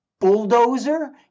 Bulldozer